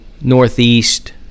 northeast